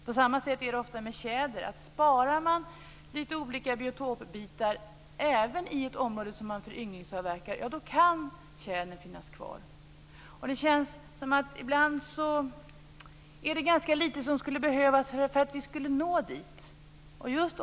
På samma sätt är det ofta med tjäder, nämligen att om man spar lite olika biotopbitar även i ett område som man föryngringsavverkar, då kan tjädern finnas kvar. Ibland känns det som att det är ganska lite som behövs för att nå dit.